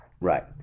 right